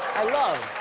i love